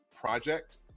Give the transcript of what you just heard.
project